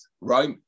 right